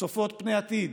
צופות פני עתיד,